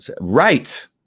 Right